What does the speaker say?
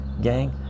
gang